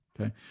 Okay